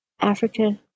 Africa